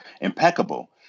impeccable